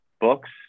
books